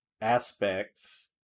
aspects